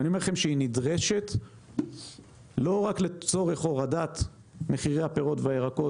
אני אומר לכם שהיא נדרשת לא רק לצורך הורדת מחירי הירקות